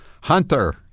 Hunter